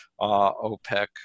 OPEC